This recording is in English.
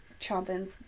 chomping